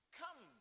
come